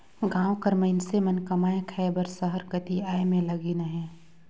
गाँव कर मइनसे मन कमाए खाए बर सहर कती आए में लगिन अहें